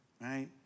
right